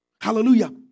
Hallelujah